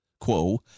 quo